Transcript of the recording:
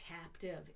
captive